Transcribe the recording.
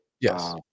yes